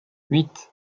huit